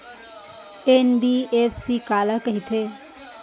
NBFC काला कहिथे?